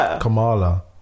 Kamala